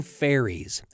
fairies